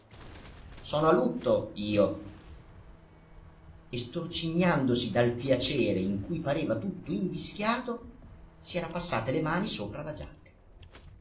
sono a lutto io e storcignandosi dal piacere in cui pareva tutto invischiato si era passate le mani sopra la giacca